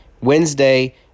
Wednesday